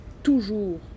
toujours